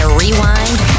rewind